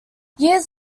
years